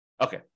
Okay